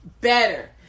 better